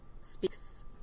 speaks